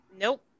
Nope